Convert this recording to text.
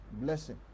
blessing